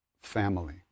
family